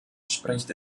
spricht